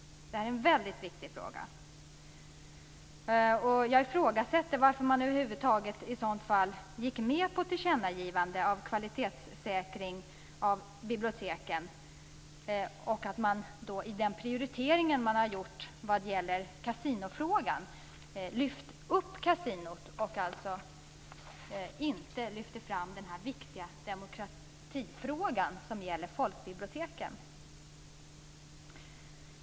Det här är en väldigt viktig fråga. Jag undrar varför man över huvud taget gick med på ett tillkännagivande om kvalitetssäkring av biblioteken och sedan i den prioritering som man gjorde lyfte upp kasinona. Man har alltså inte lyft fram den viktiga demokratifråga som gäller folkbiblioteken.